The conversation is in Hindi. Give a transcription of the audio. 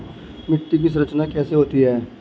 मिट्टी की संरचना कैसे होती है?